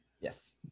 Yes